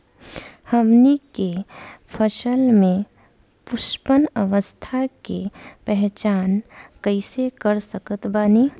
हमनी के फसल में पुष्पन अवस्था के पहचान कइसे कर सकत बानी?